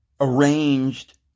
arranged